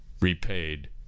repaid